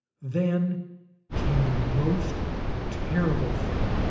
then came the most terrible thing.